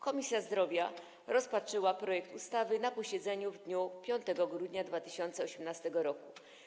Komisja Zdrowia rozpatrzyła projekt ustawy na posiedzeniu w dniu 5 grudnia 2018 r.